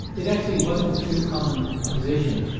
it actually wasn't too common a position.